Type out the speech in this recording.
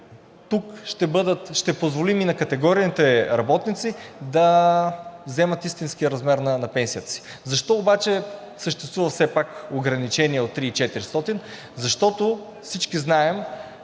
тук ще позволим и на категорийните работници да вземат истинския размер на пенсията си. Защо обаче съществува все пак ограничение от 3400? Защото всички знаем,